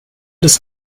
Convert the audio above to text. des